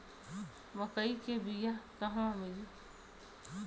मक्कई के बिया क़हवा मिली?